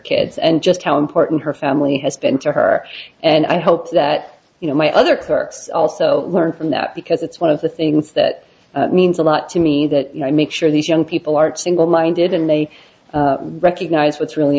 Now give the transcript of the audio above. kids and just how important her family has been to her and i hope that you know my other clerks also learn from that because it's one of the things that means a lot to me that i make sure these young people are single minded and they recognize what's really